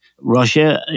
Russia